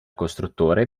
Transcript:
costruttore